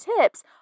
tips